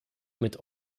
mit